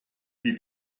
die